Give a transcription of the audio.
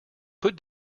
put